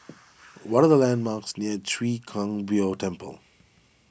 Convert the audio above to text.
what are the landmarks near Chwee Kang Beo Temple